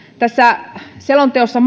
tässä selonteossa